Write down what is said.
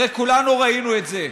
הרי כולנו ראינו את זה.